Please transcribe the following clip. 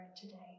today